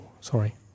sorry